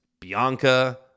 Bianca